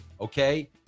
Okay